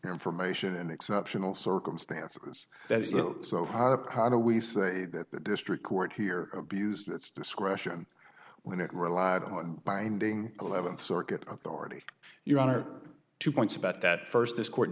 information in exceptional circumstances that is so high up how do we say that the district court here abused its discretion when it relied on binding eleventh circuit authority your honor two points about that first this court